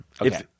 Okay